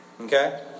Okay